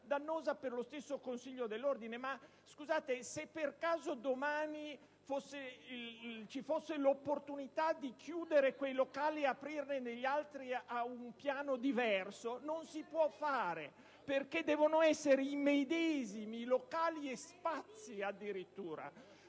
dannosa per lo stesso Consiglio dell'ordine. Se per caso domani ci fosse l'opportunità di chiudere quei locali e aprirne degli altri a un piano diverso non lo si potrà fare perché devono essere i medesimi locali e spazi occupati